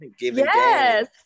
yes